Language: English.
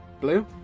Blue